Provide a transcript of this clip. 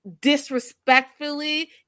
disrespectfully